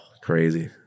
crazy